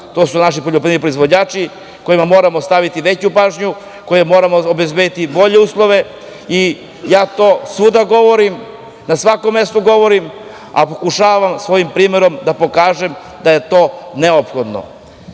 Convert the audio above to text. to su naši poljoprivredni proizvođači, kojima moramo staviti veću pažnju, kojima moramo obezbediti bolje uslove i ja to svuda govorim, na svakom mestu govorim, a pokušavam svojim primerom da pokažem da je to neophodno. Jedna